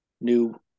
new